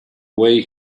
way